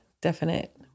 definite